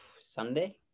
Sunday